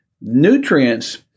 nutrients